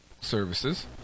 services